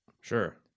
Sure